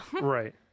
Right